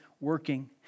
working